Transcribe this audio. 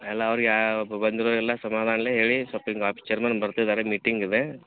ಎಲ್ಲ ಅವ್ರಿಗೆ ಯಾವ್ಯಾವ ಬಂದ್ವು ಎಲ್ಲ ಸಮಾನಲ್ಲಿ ಹೇಳಿ ಸೊಲ್ಪ ಹಿಂಗೆ ಆಫೀಸ್ ಚೇರ್ಮೆನ್ ಬರ್ತಿದ್ದಾರೆ ಮೀಟಿಂಗ್ ಇವೇ